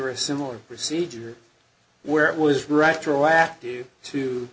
or a similar procedure where it was retroactive to